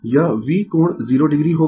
यह V कोण 0o होगा